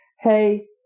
Hey